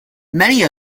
many